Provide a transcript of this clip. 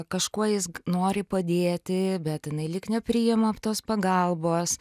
kažkuo jis nori padėti bet jinai lyg nepriima tos pagalbos